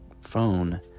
phone